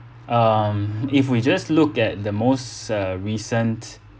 um if we just look at the most uh recent